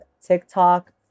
TikTok